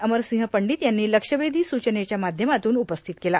अमरसिंह पंडित यांनी लक्षवेर्षी सुचनेच्या माध्यमातुन उपस्थित केला